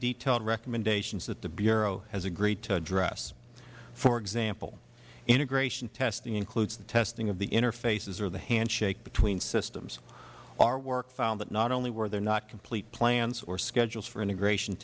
detailed recommendations that the bureau has agreed to address for example integration testing includes testing of the interfaces or the handshake between systems our work found that not only were there not complete plans or schedules for integration